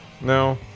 No